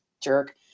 jerk